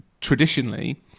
traditionally